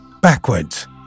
backwards